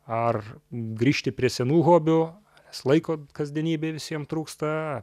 ar grįžti prie senų hobių nes laiko kasdienybėj visiem trūksta